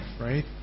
right